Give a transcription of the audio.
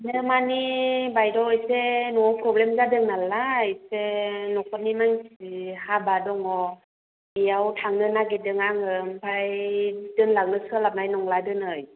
मानो मानि बायद' एसे न'आव प्रब्लेम जादोंनालाय एसे न'खरनि मानसिनि हाबा दङ' बेयाव थांनो नागिरदों आङो ओमफ्राय दोनलांनो सोलाबनाय नंला दिनै